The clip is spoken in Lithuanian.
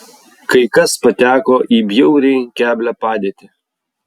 kai kas pateko į bjauriai keblią padėtį